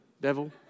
devil